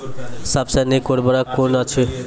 सबसे नीक उर्वरक कून अछि?